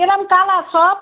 কিরম কালার সব